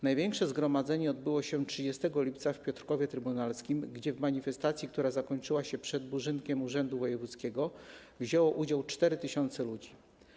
Największe zgromadzenie odbyło się 30 lipca w Piotrkowie Trybunalskim, gdzie w manifestacji, która zakończyła się przed budynkiem urzędu wojewódzkiego, wzięło udział 4 tys. ludzi.